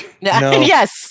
Yes